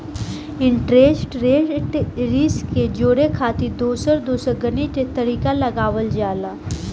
interest rate risk के जोड़े खातिर दोसर दोसर गणित के तरीका लगावल जाला